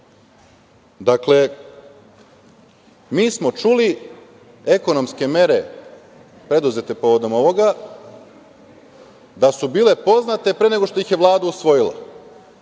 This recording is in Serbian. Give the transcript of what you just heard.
znali. Mi smo čuli, ekonomske mere preduzete povodom ovoga, da su bile poznate pre nego što ih je Vlada usvojila,